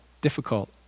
difficult